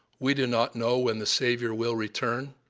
we do not know when the savior will return,